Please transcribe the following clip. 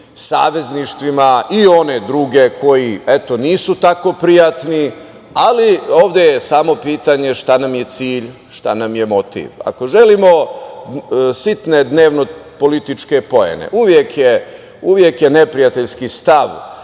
savezništvima i one druge koji, eto, nisu tako prijatni, ali ovde je samo pitanje šta nam je cilj, šta nam je motiv. Ako želimo sitne dnevnopolitičke poene uvek je neprijateljski stav